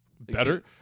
better